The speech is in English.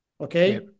okay